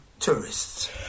tourists